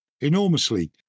enormously